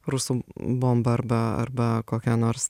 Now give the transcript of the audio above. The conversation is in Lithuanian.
rusų bomba arba arba kokia nors